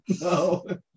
No